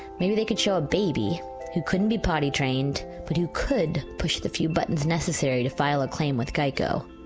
maybe they could show a baby who couldn't be potty trained, but who could push the few buttons necessary to file a claim with geico.